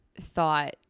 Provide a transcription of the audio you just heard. thought